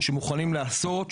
שמוכנים לעשות,